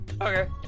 Okay